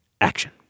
action